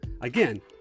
Again